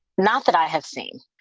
not that i have seen,